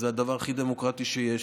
זה הדבר הכי דמוקרטי שיש,